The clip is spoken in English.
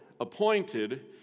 appointed